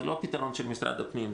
זה לא פתרון של משרד הפנים.